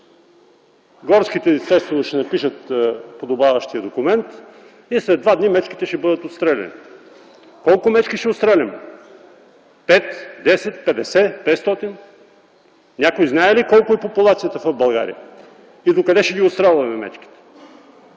Горските естествено ще напишат подобаващия документ и след два дни мечките ще бъдат отстреляни. Колко мечки ще отстреляме – 5, 10, 50, 500? Някой знае ли колко е популацията в България и докъде ще отстрелваме мечките?